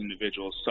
individuals